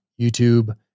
YouTube